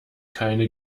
keine